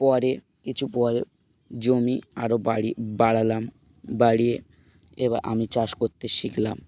পরে কিছু পরে জমি আরও বাড়ি বাড়ালাম বাড়িয়ে এবার আমি চাষ করতে শিখলাম